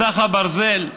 מסך הברזל,